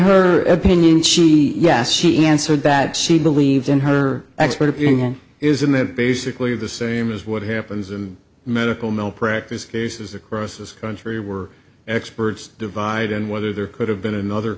her opinion she yes she answered bad she believed in her expert opinion isn't that basically the same as what happens and medical malpractise cases across this country were experts divide and whether there could have been another